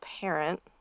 parent